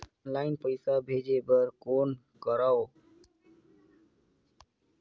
Online पईसा भेजे बर कौन करव?